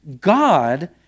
God